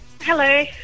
Hello